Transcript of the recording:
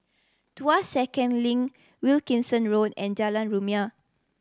Tuas Second Link Wilkinson Road and Jalan Rumia